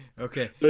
okay